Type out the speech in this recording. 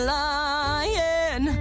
lying